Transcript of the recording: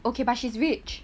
okay but she's rich